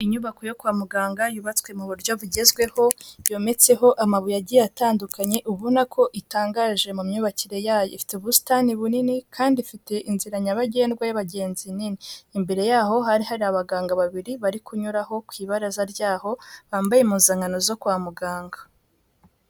Inyubako yo kwa muganga yubatswe mu buryo bugezweho, yometseho amabuye agiye atandukanye ubona ko itangaje mu myubakire yayo. Ifite ubusitani bunini kandi ifite inzira nyabagendwa y'abagenzi nini. Imbere yaho hari hari abaganga babiri barikunyuraho ku ibaraza ryaho bambaye impuzankano zo kwa muganga.